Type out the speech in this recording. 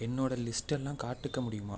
என்னோட லிஸ்டெல்லாம் காட்டுக்க முடியுமா